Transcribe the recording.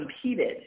competed